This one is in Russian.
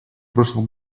прошлом